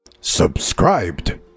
Subscribed